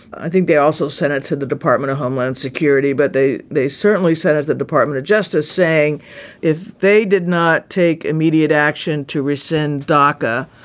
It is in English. i think they also sent it to the department of homeland security but they they certainly said of the department of justice saying if they did not take immediate action to rescind dacca,